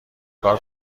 کار